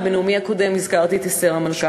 ובנאומי הקודם הזכרתי את אסתר המלכה.